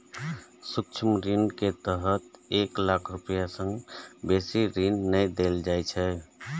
सूक्ष्म ऋण के तहत एक लाख रुपैया सं बेसी ऋण नै देल जाइ छै